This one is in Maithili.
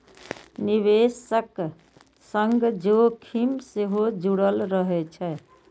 निवेशक संग जोखिम सेहो जुड़ल रहै छै